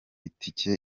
itike